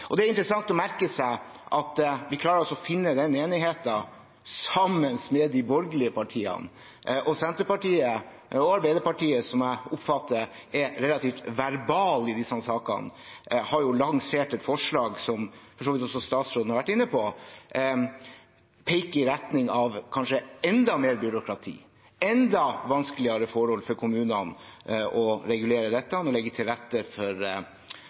Det er interessant å merke seg at vi klarer å finne den enigheten sammen med de borgerlige partiene. Senterpartiet og Arbeiderpartiet, som jeg oppfatter er relativt verbale i disse sakene, har lansert et forslag – som for så vidt også statsråden har vært inne på – som peker i retning av kanskje enda mer byråkrati, enda vanskeligere forhold for kommunene for å regulere dette og legge til rette for